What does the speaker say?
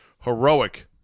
heroic